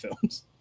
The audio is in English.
films